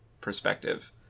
perspective